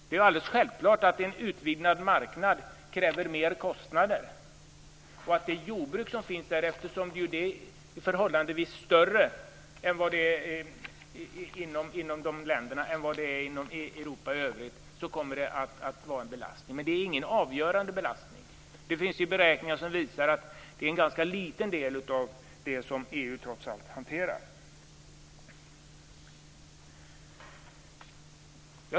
Det är alldeles självklart att en utvidgad marknad kräver mer kostnader och att det jordbruk som finns där, eftersom det ju är förhållandevis större i de här länderna än i Europa i övrigt, kommer att vara en belastning. Men det är ingen avgörande belastning. Det finns ju beräkningar som visar att det är en ganska liten del av det som EU trots allt hanterar.